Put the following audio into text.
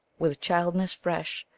with childness fresh,